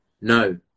No